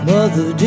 Mother